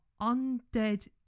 undead